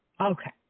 Okay